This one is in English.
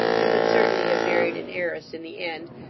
and would certainly have married an heiress in the end,